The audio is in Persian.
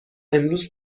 امروز